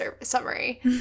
summary